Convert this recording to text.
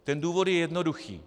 Ten důvod je jednoduchý.